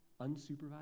unsupervised